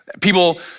people